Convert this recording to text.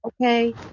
okay